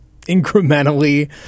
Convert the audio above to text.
incrementally